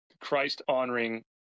Christ-honoring